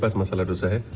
but masala dosa?